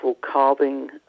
carving